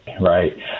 Right